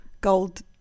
gold